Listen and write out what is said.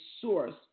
source